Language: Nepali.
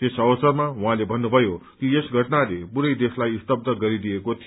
यस अवसरमा उछाँले भन्नुभयो कि यस घटनाले पूरै देशलाई स्तब्य गरिदिएको थियो